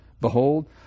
Behold